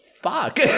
fuck